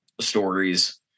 stories